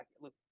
look